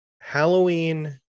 halloween